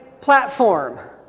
platform